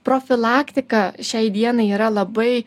profilaktika šiai dienai yra labai